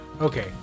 Okay